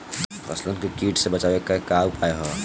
फसलन के कीट से बचावे क का उपाय है?